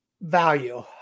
Value